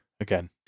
again